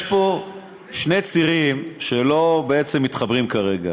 יש פה שני צירים שבעצם לא מתחברים כרגע.